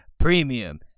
premium